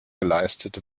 geleistet